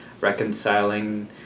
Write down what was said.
reconciling